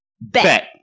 Bet